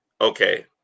okay